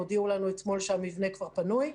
הם הודיעו לנו אתמול שהמבנה כבר פנוי.